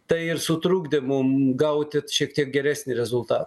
tai ir sutrukdė mum gauti šiek tiek geresnį rezulta